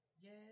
yes